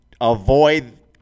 avoid